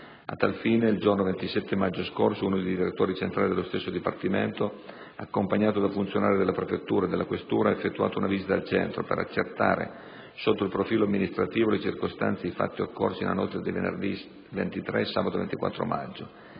A tal fine, il giorno 27 maggio scorso uno dei direttori centrali dello stesso Dipartimento, accompagnato da funzionari della prefettura e della questura, ha effettuato una visita al centro per accertare, sotto il profilo amministrativo, le circostanze e i fatti occorsi nella notte tra venerdì 23 e sabato 24 maggio